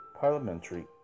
parliamentary